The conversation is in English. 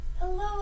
Hello